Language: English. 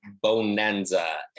bonanza